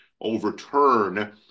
overturn